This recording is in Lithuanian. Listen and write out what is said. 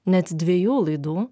net dviejų laidų